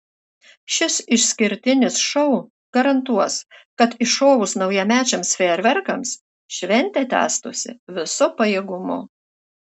šis išskirtinis šou garantuos kad iššovus naujamečiams fejerverkams šventė tęstųsi visu pajėgumu